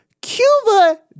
Cuba